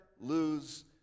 lose